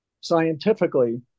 scientifically